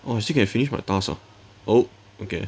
orh I still can finish my task ah oh okay